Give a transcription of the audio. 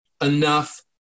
enough